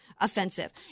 offensive